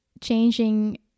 changing